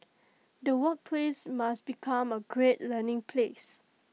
the workplace must become A great learning place